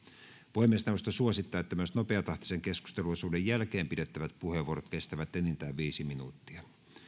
puhemiesneuvosto suosittaa että myös nopeatahtisen keskusteluosuuden jälkeen pidettävät puheenvuorot kestävät enintään viisi minuuttia